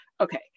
Okay